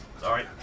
Sorry